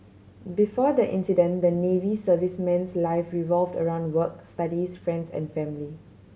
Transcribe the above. before the incident the Navy serviceman's life revolved around work studies friends and family